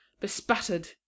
bespattered